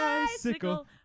bicycle